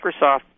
Microsoft